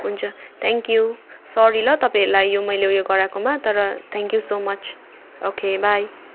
हुन्छ thank you sorry ल तपाईँहरूलाई यो मैले यो गराएकोमा तर thank you so much okay by